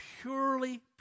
purely